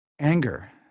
Anger